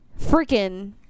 Freaking